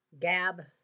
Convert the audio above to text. Gab